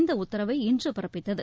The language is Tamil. இந்த உத்தரவை இன்று பிறப்பித்தது